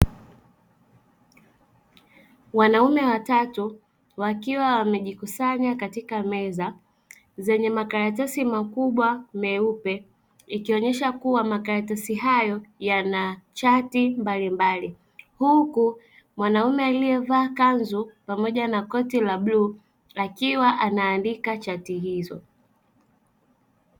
Wanaume watatu wakiwa wamejikusanya katika meza zenye makaratasi makubwa meupe ikionyesha kuwa makaratasi hayo yana chati mbalimbali huku mwanaume aliyevaa kanzu pamoja na koti la bluu akiwa anaandika chati hizo.